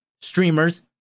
streamers